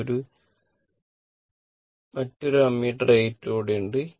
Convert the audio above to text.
ഈ മറ്റൊരു ammeter A 2 അവിടെയുണ്ട്